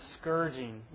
scourging